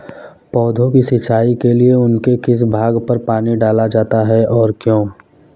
पौधों की सिंचाई के लिए उनके किस भाग पर पानी डाला जाता है और क्यों?